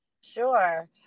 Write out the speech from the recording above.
Sure